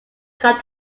got